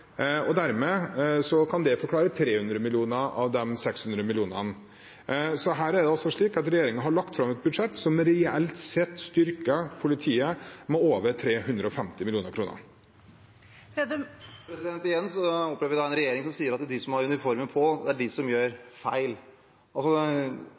Det forklarer dermed 300 mill. kr av de 600 mill. kr. Regjeringen har altså lagt fram et budsjett som reelt sett styrker politiet med over 350 mill. kr. Igjen opplever vi en regjering som sier at det er de som har uniformen på, som gjør feil. Av de i politiet som